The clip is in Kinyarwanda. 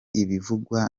ibivugwa